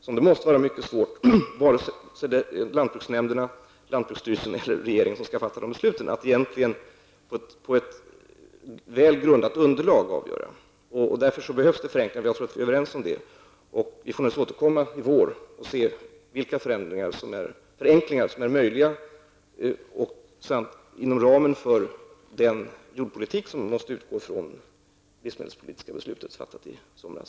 Dessa frågor är mycket svåra vare sig det är lantbruksnämnderna, lantbruksstyrelsen eller regeringen som skall fatta de besluten och avgöra frågan på ett välgrundat underlag. Det behövs förenklingar, och jag tror att vi är överens om det. Vi får naturligtvis återkomma i vår och se vilka förenklingar som är möjliga inom ramen för den jordbrukspolitik som vi måste utgå från i och med det livsmedelspolitiska beslut som fattades i somras.